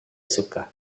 suka